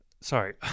Sorry